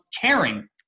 caring